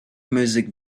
music